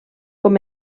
com